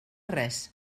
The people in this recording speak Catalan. res